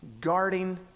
guarding